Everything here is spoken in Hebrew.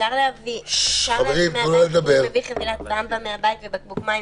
אפשר להביא חבילת במבה מהבית ובקבוק מים,